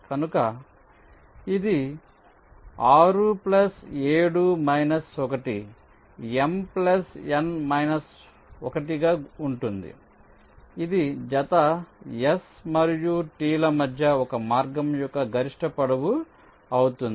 కనుక ఇది 6 7−1 M N 1 గా ఉంటుంది ఇది జత s మరియు t ల మధ్య ఒక మార్గం యొక్క గరిష్ట పొడవు అవుతుంది